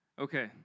Okay